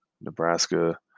Nebraska